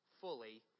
fully